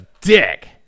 dick